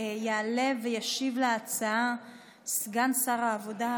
יעלה וישיב על ההצעה סגן שר העבודה,